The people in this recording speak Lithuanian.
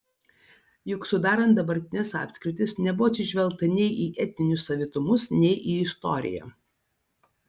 juk sudarant dabartines apskritis nebuvo atsižvelgta nei į etninius savitumus nei į istoriją